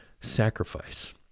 sacrifice